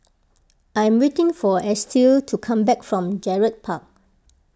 I am waiting for Estill to come back from Gerald Park